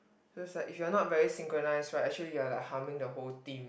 feels like if you are not very syncronize right actually you are harming the whole team